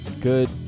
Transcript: Good